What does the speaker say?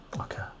okay